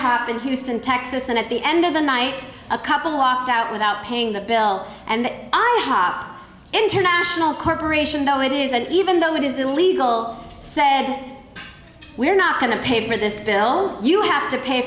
hop in houston texas and at the end of the night a couple walked out without paying the bill and i hop international corporation though it is that even though it is illegal said we are not going to pay for this bill you have to pay